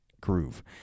groove